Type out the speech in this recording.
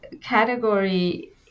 category